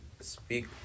speak